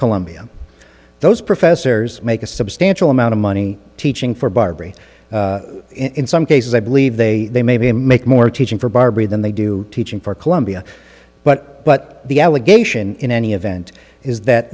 columbia those professors make a substantial amount of money teaching for barbara in some cases i believe they they maybe make more teaching for barbara than they do teaching for columbia but but the allegation in any event is that